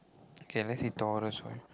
okay let's see Taurus one